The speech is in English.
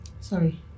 Sorry